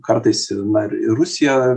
kartais ir na ir rusija